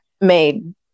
made